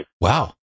wow